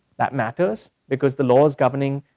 that matters because the laws governing